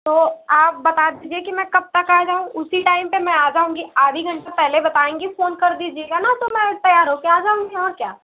तो आप बता दीजिए कि मैं कब तक आ जाऊँ उसी टाइम पर मैं आ जाऊँगी आधे घंटे पहले बतायेंगी फोन कर दीजिएगा न तो मैं तैयार होकर आ जाऊँगी और क्या